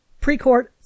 Precourt